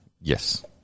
yes